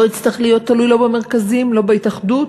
לא יצטרך להיות תלוי, לא במרכזים, לא בהתאחדות,